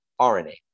RNA